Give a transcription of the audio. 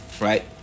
right